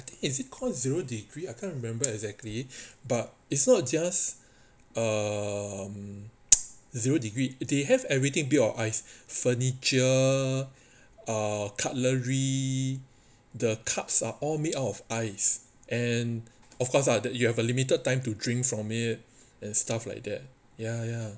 I think is it called zero degree I can't remember exactly but it's not just um zero degree they have everything made out of ice furniture ugh cutlery the cups are all made out of ice and of course lah that you have a limited time to drink from it and stuff like that ya ya